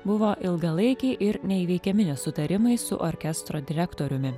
buvo ilgalaikiai ir neįveikiami nesutarimai su orkestro direktoriumi